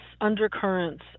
undercurrents